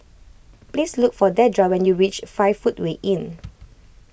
please look for Dedra when you reach five Footway Inn